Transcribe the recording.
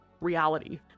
reality